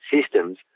systems